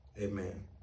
Amen